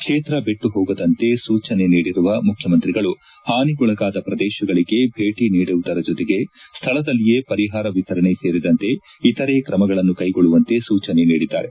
ಕ್ಷೇತ್ರ ಬಿಟ್ಟು ಹೋಗದಂತೆ ಸೂಜನೆ ನೀಡಿರುವ ಮುಖ್ಖಮಂತ್ರಿಗಳು ಹಾನಿಗೊಳಗಾದ ಪ್ರದೇಶಗಳಿಗೆ ಭೇಟಿ ನೀಡುವುದರ ಜತೆಗೆ ಸ್ವಳದಲ್ಲಿಯೇ ಪರಿಹಾರ ವಿತರಣೆ ಸೇರಿದಂತೆ ಇತರೆ ಕ್ರಮಗಳನ್ನು ಕೈಗೊಳ್ಳುವಂತೆ ಸೂಚನೆ ನೀಡಿದ್ದಾರೆ